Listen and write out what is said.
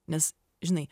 nes žinai